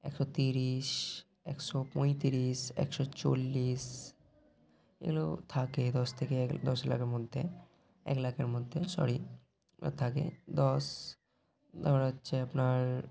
একশো তিরিশ একশো পঁয়ত্রিশ একশো চল্লিশ এগুলো থাকে দশ থেকে এক দশ লাখের মধ্যে এক লাখের মধ্যে সরি আর থাকে দশ তার হচ্ছে আপনার